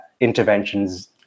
interventions